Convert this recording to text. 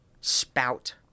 spout